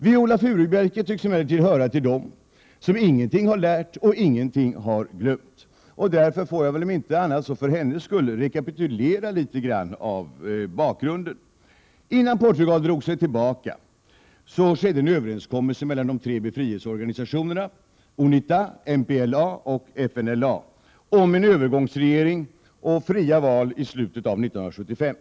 Viola Furubjelke tycks emellertid höra till dem som ingenting har lärt och ingenting har glömt. Därför får jag — om inte annat så för hennes skull — rekapitulera något av bakgrunden. Innan Portugal drog sig tillbaka från Angola skedde en överenskommelse mellan de tre befrielseorganisationerna UNITA, MPLA och FNLA om en övergångsregering och fria val i slutet av 1975.